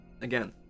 again